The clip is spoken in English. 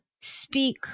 speak